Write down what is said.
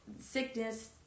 sickness